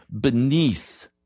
beneath